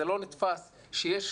זה לא נתפס שיש